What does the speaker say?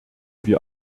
wir